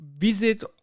visit